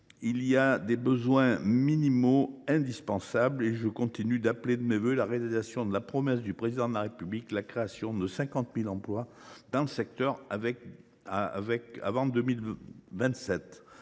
certains besoins minimaux doivent trouver une réponse. Je continue d’appeler de mes vœux la réalisation de la promesse du Président de la République : la création de 50 000 emplois dans le secteur avant 2027.